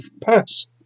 pass